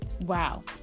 Wow